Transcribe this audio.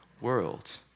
world